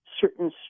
certain